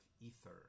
ether